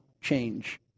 change